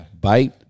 Bite